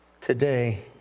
today